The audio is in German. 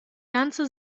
ganze